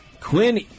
Quinn